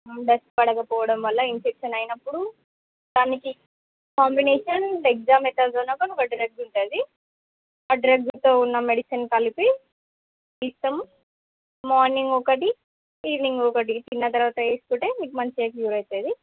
dust పడకపోవడం వల్ల infection అయినప్పుడు దానికి కాంబినేషన్ డెక్సామెతాసోన్ ఒక ఒక డ్రగ్ ఉంటుంది ఆ డ్రగ్తో ఉన్న మెడిసన్ కలిపి ఇస్తాం మార్నింగ్ ఒకటి ఈవెనింగ్ ఒకటి తిన్న తర్వాత వేసుకుంటే మీకు మంచిగా క్యూర్ అవుతుంది